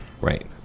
right